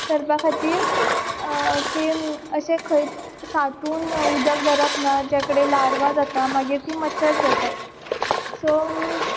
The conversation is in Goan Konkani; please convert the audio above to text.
करपा खातीर की अशें खंय सांटून उदक भरप ना जे कडेन लार्वां जाता मागीर तीं मच्छर जातात सो